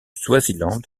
swaziland